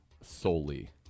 solely